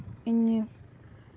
ᱤᱧ